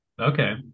Okay